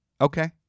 okay